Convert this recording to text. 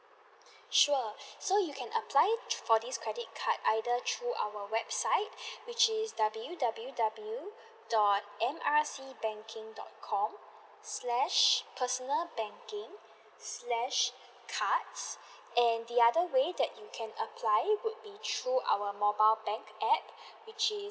sure so you can apply for these credit card either through our website which is W W W dot M R C banking dot com slash personal banking slash cards and the other way that you can apply would be through our mobile bank app which is